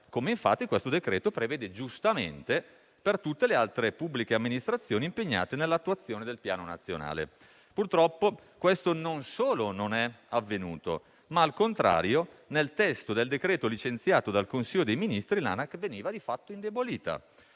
come infatti questo decreto prevede, giustamente, per tutte le altre pubbliche amministrazioni impegnate nell'attuazione del Piano nazionale. Purtroppo, questo non solo non è avvenuto, ma, al contrario, nel testo del decreto licenziato dal Consiglio dei ministri, l'Anac veniva di fatto indebolita.